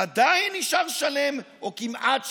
עדיין נשאר שלם, או כמעט שלם.